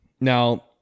now